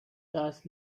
das